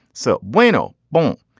so wayno. but